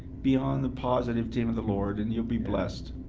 be on the positive team of the lord, and you'll be blessed.